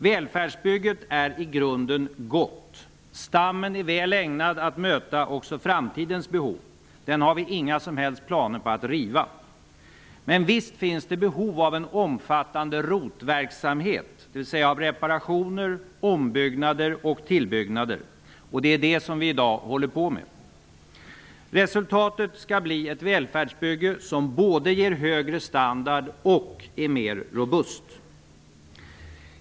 Välfärdsbygget är i grunden gott. Stammen är väl ägnad att möta också framtidens behov. Den har vi inga som helst planer på att riva. Men visst finns det behov av en omfattande ''ROT verksamhet'', dvs. av reparationer, ombyggnader och tillbyggnader. Det är det som vi i dag håller på med. Resultatet skall bli ett välfärdsbygge som både ger högre standard och är mer robust.